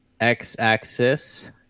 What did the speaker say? X-axis